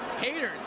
Haters